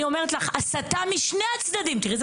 אני אומרת לך: הסתה משני הצדדים תראו איזה